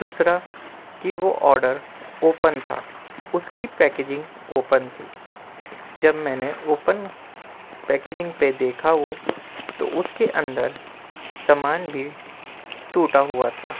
دوسرا کہ وہ آڈر اوپن تھا اس کی پیکجنگ اوپن تھی جب میں نے اوپن پیکجنگ پہ دیکھا وہ تو اس کے اندر سامان بھی ٹوٹا ہوا تھا